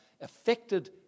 affected